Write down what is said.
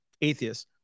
atheists